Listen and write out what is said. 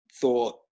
thought